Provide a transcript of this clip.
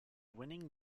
winning